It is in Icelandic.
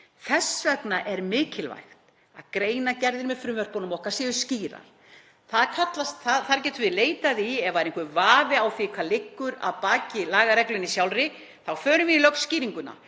Þess vegna er mikilvægt að greinargerðir með frumvörpunum okkar séu skýrar. Það getum við leitað í. Ef það er einhver vafi á því hvað liggur að baki lagareglunni sjálfri þá förum við í lögskýringuna.